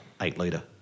eight-litre